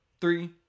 three